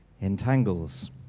entangles